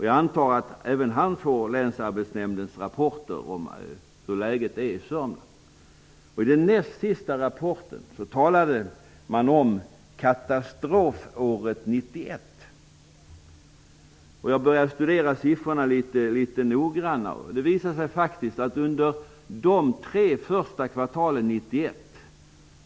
Jag antar att även han får Länsarbetsnämndens rapporter om hur läget är i Sörmland. I den näst sista rapporten talade man om katastrofåret 1991. Jag började studera siffrorna litet noggrannare. Det visade sig faktiskt att 4 000 människor varslats i Sörmland under de tre första kvartalen 1991.